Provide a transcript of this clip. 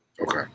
Okay